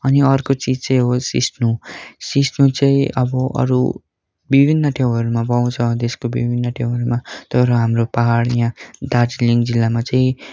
अनि अर्को चिज चाहिँ हो सिस्नो सिस्नो चाहिँ अब अरू विभिन्न ठाउँहरूमा पाउँछ त्यसको विभिन्न ठाउँहरूमा तर हाम्रो पाहाड यहाँ दार्जिलिङ जिल्लामा चाहिँ